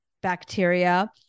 bacteria